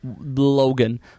Logan